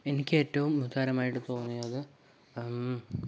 എനിക്കേറ്റവും പ്രധാനമായിട്ട് തോന്നിയത്